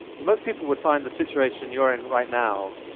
most people would find the situation you're in right now